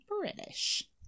British